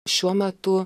šiuo metu